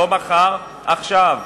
לא מחר, עכשיו.